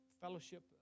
fellowship